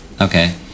Okay